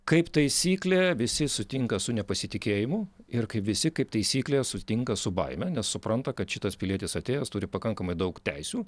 kaip taisyklė visi sutinka su nepasitikėjimu ir kaip visi kaip taisyklė sutinka su baime nes supranta kad šitas pilietis atėjęs turi pakankamai daug teisių